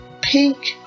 pink